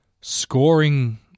scoring